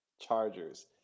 Chargers